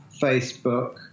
Facebook